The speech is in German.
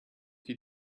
die